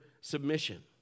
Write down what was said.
submission